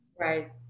Right